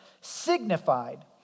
signified